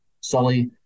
Sully